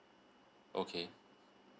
okay